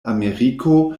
ameriko